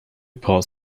parts